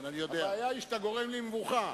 הבעיה היא שאתה גורם לי מבוכה.